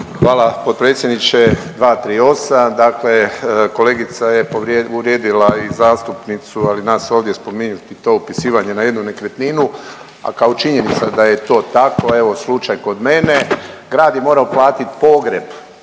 Hvala potpredsjedniče, 238. Dakle, kolegica je uvrijedila i zastupnicu ali nas ovdje spominju i to upisivanje na jednu nekretninu, a kao činjenica da je to tako evo slučaj kod mene. Grad je morao platiti pogreb